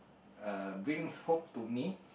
uh brings hope to me